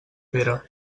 pere